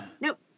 Nope